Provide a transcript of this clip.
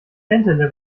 bentele